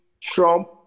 Trump